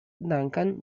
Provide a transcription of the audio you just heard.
duncan